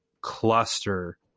cluster